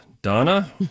Donna